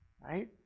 right